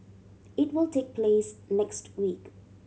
it will take place next week